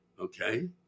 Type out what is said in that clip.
okay